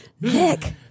Nick